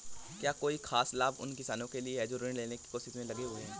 क्या कोई खास लाभ उन किसानों के लिए हैं जो ऋृण लेने की कोशिश में लगे हुए हैं?